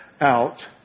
out